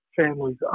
families